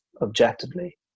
objectively